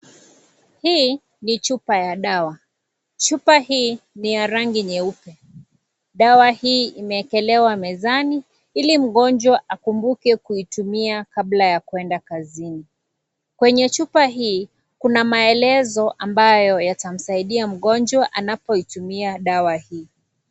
Hii ni chupa ya dawa. Chupa hii, ni ya rangi nyeupe. Dawa hii imewekelewa mezani, ili mgonjwa akumbuke kuitumia kabla ya kuenda kazini. Kwenye chupa hii, kuna maelezo ambayo yatamsaidia mgonjwa anapoitumia dawa hii.